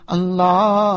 Allah